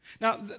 Now